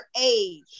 age